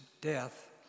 death